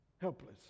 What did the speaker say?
helpless